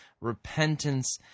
repentance